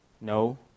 No